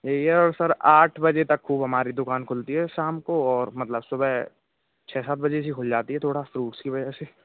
यही है और सर आठ बजे तक खूब हमारी दुकान खुलती है शाम को मतलब सुबह छः सात बजे ही से खुल जाती है थोड़ा फ्रूट्स की वजह से